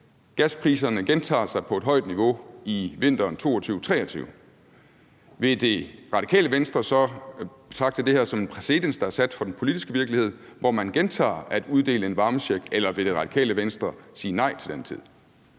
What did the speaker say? gaspriserne gentager sig på et højt niveau i vinteren 2022-23, vil Radikale Venstre så betragte det her som en præcedens, der er sat for den politiske virkelighed, hvor man gentager at uddele en varmecheck, eller vil Radikale Venstre sige nej til den tid?